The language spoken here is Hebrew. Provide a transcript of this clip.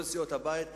וכן כל סיעות הבית.